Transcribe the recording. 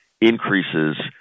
increases